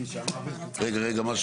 הישיבה ננעלה בשעה 10:25.